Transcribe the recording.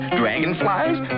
dragonflies